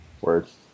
Words